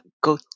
go